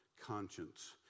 conscience